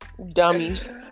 dummies